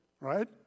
right